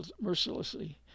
mercilessly